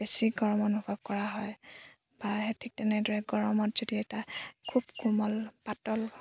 বেছি গৰম অনুভৱ কৰা হয় বা সেই ঠিক তেনেদৰে গৰমত যদি এটা খুব কোমল পাতল